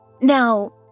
Now